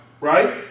right